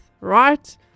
right